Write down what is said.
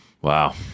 Wow